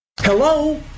hello